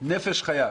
נפש חיה.